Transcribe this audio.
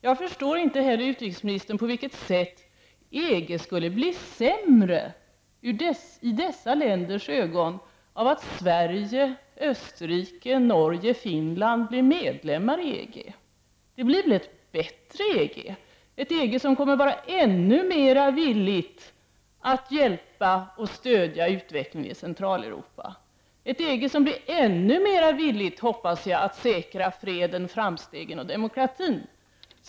Jag förstår inte heller, utrikesministern, på vilket sätt EG skulle bli sämre i dessa länders ögon av att Sverige, Österrike, Norge och Finland blir medlemmar i EG. Det blir väl ett bättre EG; ett EG som kommer att vara ännu mer villigt att hjälpa och stödja utvecklingen i Centraleuropa. Ett EG som blir ännu mer villigt, hoppas jag, att säkra freden, framstegen och demokratin.